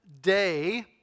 day